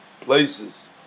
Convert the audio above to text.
places